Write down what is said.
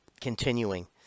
continuing